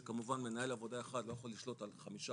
שכמובן מנהל עבודה אחד לא יכול לשלוט על חמישה